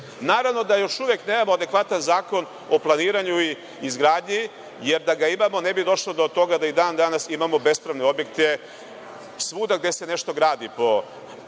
desilo. Naravno da još uvek nemamo adekvatan zakon o planiranju i izgradnji, jer da ga imamo ne bi došlo do toga da i dan danas imamo bespravne objekte svuda gde se nešto gradi u